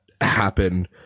happen